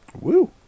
Woo